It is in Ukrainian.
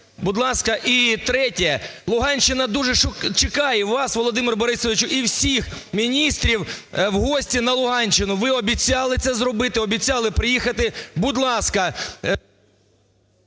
Будь ласка. І третє. Луганщина дуже чекає вас, Володимире Борисовичу, і всіх міністрів в гості на Луганщину, ви обіцяли це зробити, обіцяли приїхати. Будь ласка…